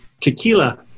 Tequila